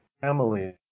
family